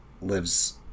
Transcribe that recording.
lives